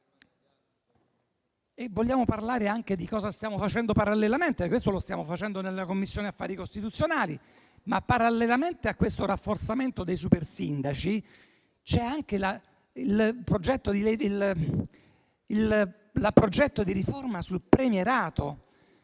Vogliamo parlare anche di cosa stiamo facendo parallelamente. Questo infatti è ciò che stiamo facendo in Commissione affari costituzionali, ma parallelamente a questo rafforzamento dei super sindaci, c'è anche il progetto di riforma sul premierato.